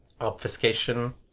obfuscation